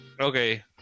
Okay